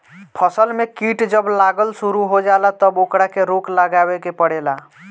फसल में कीट जब लागल शुरू हो जाला तब ओकरा के रोक लगावे के पड़ेला